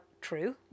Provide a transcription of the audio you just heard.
true